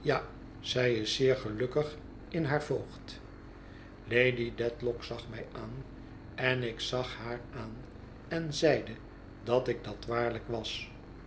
ja zij is zeer gelukkig in haar voogd lady dedlock zag mij aan enik zag haar aan en zeide dat ik dat waarlijk was